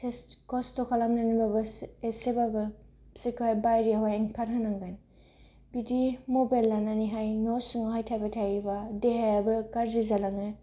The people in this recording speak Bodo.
खस्त खालामनानैबाबो एसेबाबो बिसोरखौ बायहेरायाव ओंखारहोनांगोन बिदि मबाइल लानानैहाय न' सिङावहाय थाबाय थायोबा देहायाबो गाज्रि जालाङो